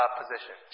position